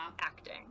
acting